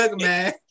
man